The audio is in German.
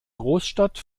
großstadt